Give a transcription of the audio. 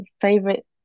favorite